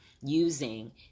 using